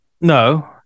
No